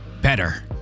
better